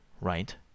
right